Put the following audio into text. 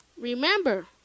Remember